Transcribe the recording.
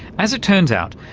as it turns out,